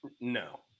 no